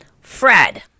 Fred